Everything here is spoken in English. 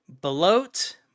Bloat